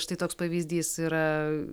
štai toks pavyzdys yra